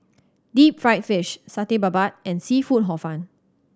deep fried fish Satay Babat and seafood Hor Fun